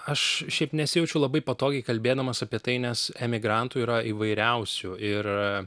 aš šiaip nesijaučiu labai patogiai kalbėdamas apie tai nes emigrantų yra įvairiausių ir